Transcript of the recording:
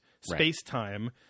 space-time –